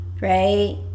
right